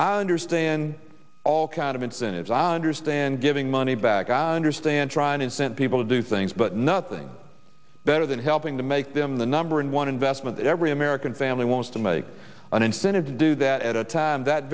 i understand all kind of incentives i understand giving money back i understand trying and sent people to do things but nothing better than helping to make them the number one investment every american family wants to my an incentive to do that at a time that